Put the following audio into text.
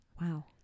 Wow